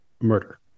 murder